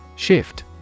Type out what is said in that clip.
Shift